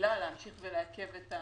עילה להמשיך לעכב.